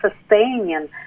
sustaining